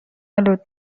آلود